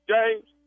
James